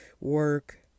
work